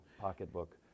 pocketbook